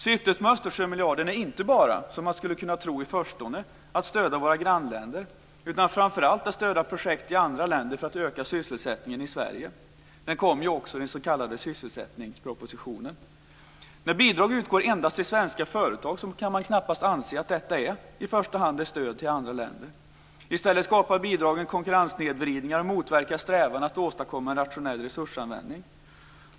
Syftet med Östersjömiljarden är inte bara, som man skulle kunna tro i förstone, att stödja våra grannländer, utan framför allt att stödja projekt i andra länder för att öka sysselsättningen i Sverige. Den kom ju också i den s.k. sysselsättningspropositionen. När bidrag endast utgår till svenska företag kan man knappast anse att detta i första hand är ett stöd till andra länder. I stället skapar bidragen konkurrenssnedvridningar och motverkar strävan att åstadkomma en rationell resursanvändning.